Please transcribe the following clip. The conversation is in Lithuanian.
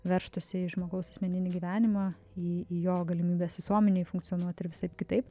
veržtųsi į žmogaus asmeninį gyvenimą į į jo galimybes visuomenėj funkcionuot ir visaip kitaip